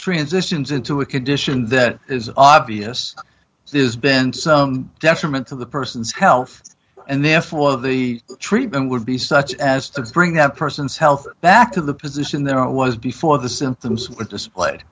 transitions into a condition that is obvious there's been some detriment to the person's health and therefore the treatment would be such as to bring that person's health back to the position there was before the symptoms displayed